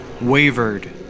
wavered